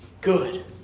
good